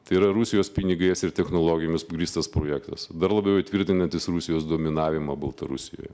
tai yra rusijos pinigais ir technologijomis grįstas projektas dar labiau įtvirtinantis rusijos dominavimą baltarusijoje